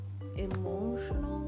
emotional